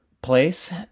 place